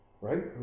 right